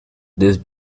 this